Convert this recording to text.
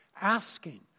asking